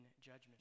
judgment